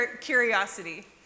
curiosity